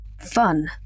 fun